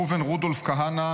ראובן רודולף כהנא,